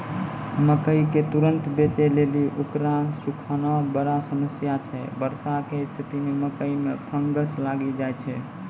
मकई के तुरन्त बेचे लेली उकरा सुखाना बड़ा समस्या छैय वर्षा के स्तिथि मे मकई मे फंगस लागि जाय छैय?